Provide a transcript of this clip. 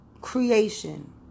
creation